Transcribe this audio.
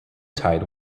tide